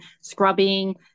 scrubbing